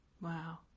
Wow